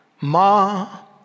Ma